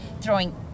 throwing